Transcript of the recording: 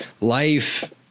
life